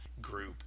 group